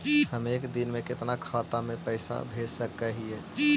हम एक दिन में कितना खाता में पैसा भेज सक हिय?